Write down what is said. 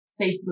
Facebook